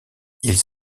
ils